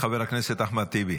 חבר הכנסת אחמד טיבי,